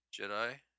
Jedi